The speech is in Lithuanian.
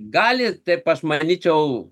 gali taip aš manyčiau